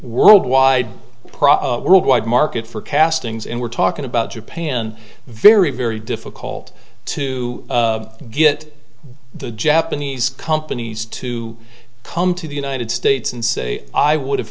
problem worldwide market for castings and we're talking about japan very very difficult to get the japanese companies to come to the united states and say i would have